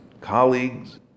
colleagues